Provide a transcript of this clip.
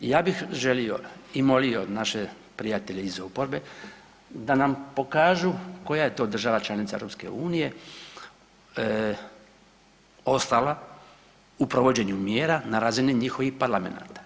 Ja bih želio i molio naše prijatelje iz oporbe da nam pokažu koja je to država članica EU ostala u provođenju mjera na razini njihovih parlamenata.